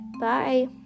Bye